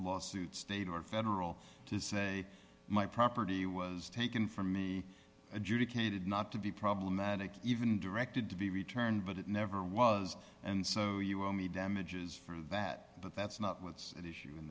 lawsuit state or federal to say my property was taken from me and judy k did not to be problematic even directed to be returned but it never was and so you owe me damages for that but that's not what's at issue in